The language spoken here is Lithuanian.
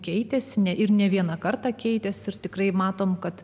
keitėsi ne ir ne vieną kartą keitėsi ir tikrai matome kad